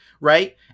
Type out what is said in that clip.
right